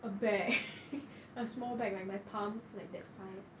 a bag a small bag like my palm like that size